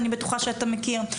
אני בטוחה שאתה מכיר.